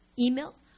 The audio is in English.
email